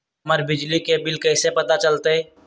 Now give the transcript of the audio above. हमर बिजली के बिल कैसे पता चलतै?